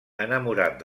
enamorat